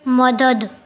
مدد